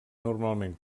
normalment